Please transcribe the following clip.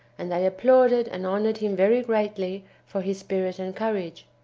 and they applauded and honored him very greatly for his spirit and courage.